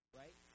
right